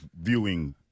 viewing